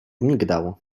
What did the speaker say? migdał